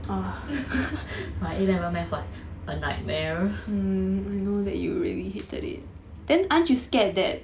my A level math was a nightmare